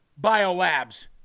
biolabs